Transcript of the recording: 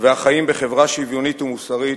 והחיים בחברה שוויונית ומוסרית,